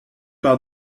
par